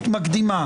למה?